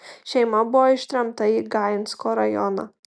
šeima buvo ištremta į gainsko rajoną